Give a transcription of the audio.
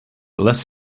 less